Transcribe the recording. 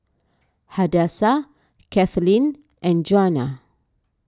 Hadassah Kathaleen and Djuana